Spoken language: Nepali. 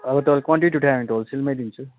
अब तपाईँ क्वान्टिटी उठायो भने त होलसेलमै दिन्छु